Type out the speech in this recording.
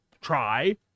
try